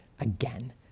again